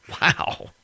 Wow